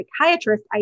psychiatrist